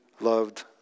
loved